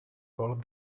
called